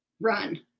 Run